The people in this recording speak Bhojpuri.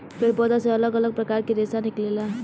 पेड़ पौधा से अलग अलग प्रकार के रेशा निकलेला